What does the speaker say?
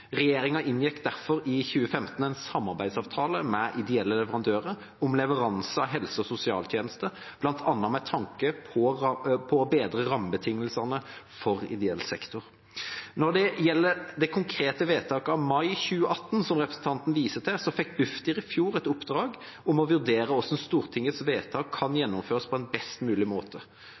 Regjeringa inngikk derfor i 2015 en samarbeidsavtale med ideelle leverandører om leveranse av helse- og sosialtjenester, bl.a. med tanke på å bedre rammebetingelsene for ideell sektor. Når det gjelder det konkrete vedtaket fra mai 2015 som representanten viser til, fikk Bufdir i fjor et oppdrag om å vurdere hvordan Stortingets vedtak kan gjennomføres på en best mulig måte.